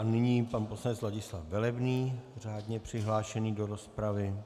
Nyní pan poslanec Ladislav Velebný, řádně přihlášený do rozpravy.